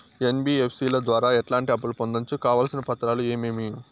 NBFC ల ద్వారా ఎట్లాంటి అప్పులు పొందొచ్చు? కావాల్సిన పత్రాలు ఏమేమి?